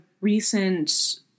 recent